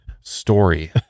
story